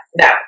No